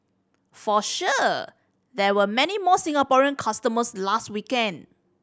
for sure there were many more Singaporean customers last weekend